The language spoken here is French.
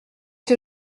que